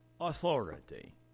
authority